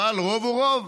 אבל רוב הוא רוב.